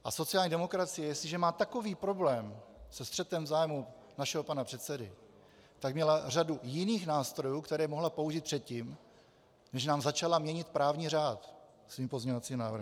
A sociální demokracie jestliže má takový problém se střetem zájmů našeho pana předsedy, tak měla řadu jiných nástrojů, které mohla použít předtím, než nám začala měnit právní řád svým pozměňovacím návrhem.